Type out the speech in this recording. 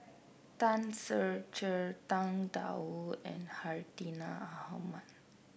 Tan Ser Cher Tang Da Wu and Hartinah Ahmad